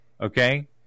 Okay